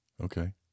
Okay